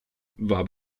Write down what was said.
war